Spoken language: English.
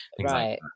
right